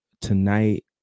tonight